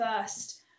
first